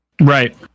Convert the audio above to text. right